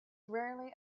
rarely